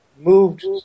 Moved